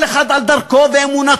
כל אחד על דרכו ואמונתו.